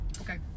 Okay